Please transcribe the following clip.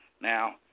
now